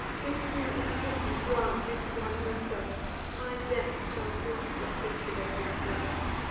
if you in pity grant this one request, my death shall glut the hatred of his breast.